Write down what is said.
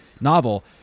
novel